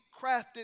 crafted